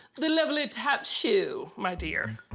the lovely tap shoe, my dear.